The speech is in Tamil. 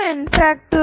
2nn